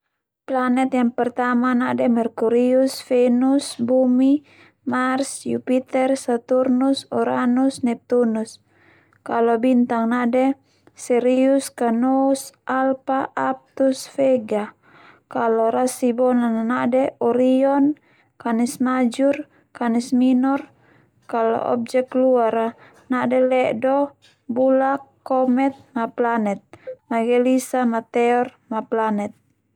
Planet yang pertama na'de Merkurius, Venus, Bumi, Mars, Jupiter, Saturnus, Uranus, Neptunus. Kalo bintang na'de Serius, Kanous, Alpa, Aptus Vega. Kalo rasibinon na'de Orion, Kanismajur, Kanisminor. Kalo objek luar sone na'de le'do, bulak, komet, ma planet, ma gelisa, ma teor ma planet.